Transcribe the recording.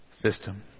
system